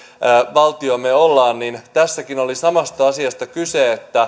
valtio me olemme niin tässäkin oli samasta asiasta kyse